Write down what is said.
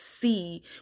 see